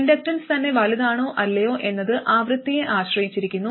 inductance തന്നെ വലുതാണോ അല്ലയോ എന്നത് ആവൃത്തിയെ ആശ്രയിച്ചിരിക്കുന്നു